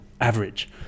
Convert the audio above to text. average